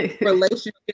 relationship